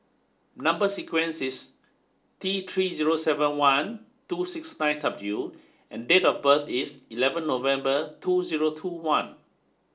number sequence is T three zero seven one two six nine W and date of birth is eleven November two zero two one